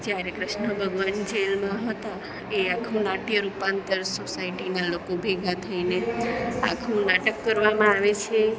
જ્યારે કૃૃષ્ણ ભગવાન જેલમાં હતા એ આખું નાટ્ય રૂપાંતર સોસાયટીમાં લોકો ભેગા થઈને આખું નાટક કરવામાં આવે છે